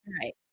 right